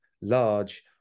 large